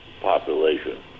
population